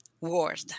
word